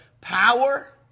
power